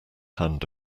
hand